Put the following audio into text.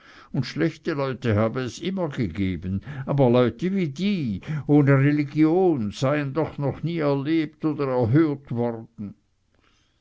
und schlechte leute habe es immer gegeben aber leute wie die ohne religion seien doch noch nie erlebt oder erhört worden